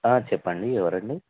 చెప్పండి ఎవరు అండి